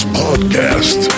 podcast